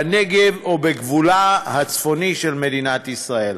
בנגב או בגבולה הצפוני של מדינת ישראל,